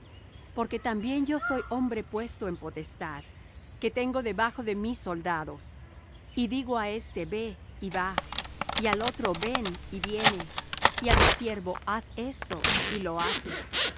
porque también yo soy hombre puesto en potestad que tengo debajo de mí soldados y digo á éste ve y va y al otro ven y viene y á mi siervo haz esto y lo hace